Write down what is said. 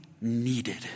needed